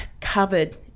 covered